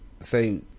say